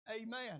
Amen